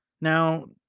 Now